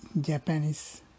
Japanese